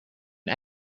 hun